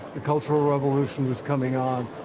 the cultural revolution was coming on,